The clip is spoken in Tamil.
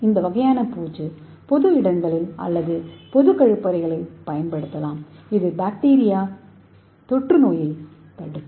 இந்த வகையான பூச்சு பொது இடங்களில் அல்லது பொது கழிப்பறைகளில் பயன்படுத்தப்படலாம் இது பாக்டீரியா தொற்றுநோயைத் தடுக்கும்